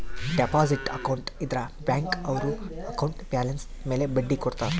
deposit account ಇದ್ರ bank ಅವ್ರು account balance ಮೇಲೆ ಬಡ್ಡಿ ಕೊಡ್ತಾರ